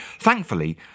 Thankfully